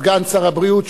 סגן שר הבריאות,